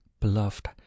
beloved